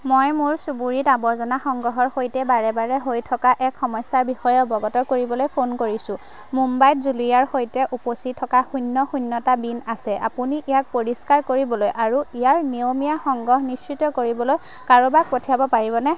মই মোৰ চুবুৰীত আৱৰ্জনা সংগ্ৰহৰ সৈতে বাৰে বাৰে হৈ থকা এক সমস্যাৰ বিষয়ে অৱগত কৰিবলৈ ফোন কৰিছোঁ মুম্বাইত জুলীয়াৰ সৈতে উপচি থকা শূন্য শূন্যটা বিন আছে আপুনি ইয়াক পৰিষ্কাৰ কৰিবলৈ আৰু ইয়াৰ নিয়মীয়া সংগ্ৰহ নিশ্চিত কৰিবলৈ কাৰোবাক পঠিয়াব পাৰিবনে